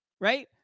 right